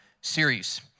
series